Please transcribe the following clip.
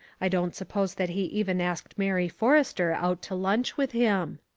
i don't suppose that he even asked mary forrester out to lunch with him.